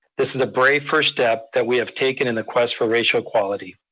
this is a brave first step that we have taken in the quest for racial equality.